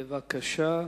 בבקשה.